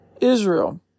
Israel